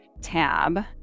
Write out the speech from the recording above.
tab